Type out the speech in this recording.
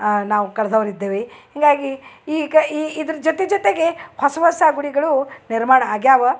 ನಾವು ಕಳ್ದವ್ರ ಇದ್ದೇವೆ ಹೀಗಾಗಿ ಈಗ ಈ ಇದ್ರ ಜೊತೆ ಜೊತೆಗೆ ಹೊಸ ಹೊಸ ಗುಡಿಗಳು ನಿರ್ಮಾಣ ಆಗ್ಯಾವ